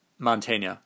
Montaigne